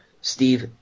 Steve